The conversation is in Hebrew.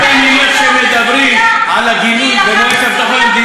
כשמדברים על הגינוי במועצת הביטחון למדינת ישראל,